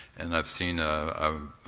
and i've seen a